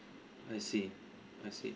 I see I see